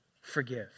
forgive